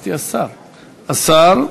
אמרתי השר,